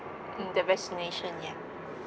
mmhmm the vaccination yeah